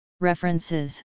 References